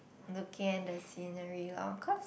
looking at the scenery lor cause